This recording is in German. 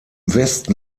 westen